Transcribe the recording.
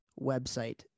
website